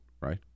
right